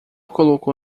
colocou